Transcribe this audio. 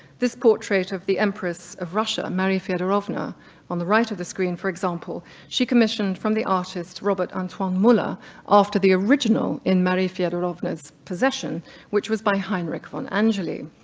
this portrait of the empress of russia, marie feodorovna on the right of the screen, for example, she commissioned from the artist robert antoine muller after the original in marie feodorovna's possession which was by heinrich von angeli.